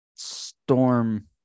storm